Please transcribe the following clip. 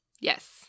Yes